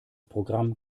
programm